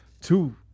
two